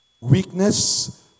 weakness